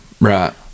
Right